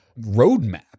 roadmap